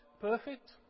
perfect